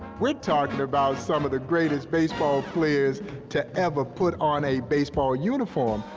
we're talking about some of the greatest baseball players to ever put on a baseball uniform.